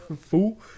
Fool